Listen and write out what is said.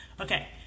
Okay